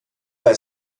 bei